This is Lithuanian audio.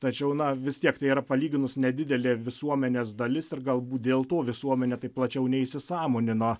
tačiau na vis tiek tai yra palyginus nedidelė visuomenės dalis ir galbūt dėl to visuomenė taip plačiau neįsisąmonino